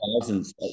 thousands